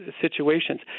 situations